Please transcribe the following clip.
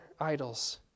idols